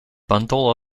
bundle